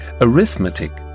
arithmetic